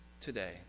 today